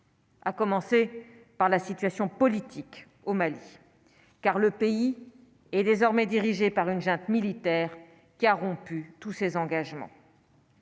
à commencer par la situation politique au Mali, car le pays est désormais dirigé par une junte militaire qui a rompu tous ses engagements.